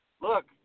look